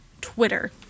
Twitter